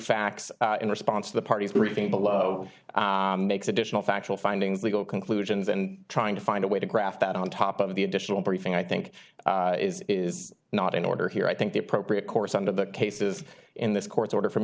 facts in response to the party's briefing below makes additional factual findings legal conclusions and trying to find a way to graft that on top of the additional briefing i think is not in order here i think the appropriate course under the case is in this court order from